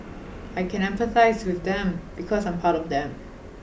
I can empathise with them because I'm part of them